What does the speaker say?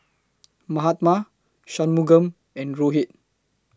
Mahatma Shunmugam and Rohit